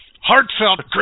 heartfelt